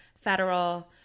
federal